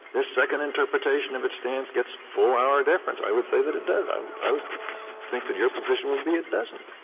this second interpretation of its stance gets full auer deference. i would say that it does. i would i would think that your position would be that it doesn't.